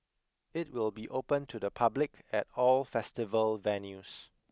it will be open to the public at all festival venues